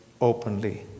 openly